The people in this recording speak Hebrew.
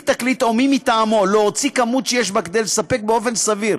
תקליט או מי מטעמו לא הוציא כמות שיש בה כדי לספק באופן סביר